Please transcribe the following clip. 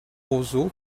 roseaux